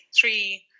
three